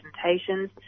presentations